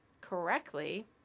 correctly